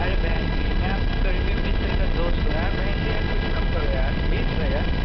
अरे बहन जी मैं आपके करीबी मित्र का दोस्त हूँ बहन जी कुछ कम करो यार प्लीज भैया